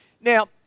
Now